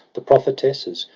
the prophetesses,